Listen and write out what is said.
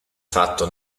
fatto